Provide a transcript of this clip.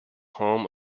home